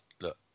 Look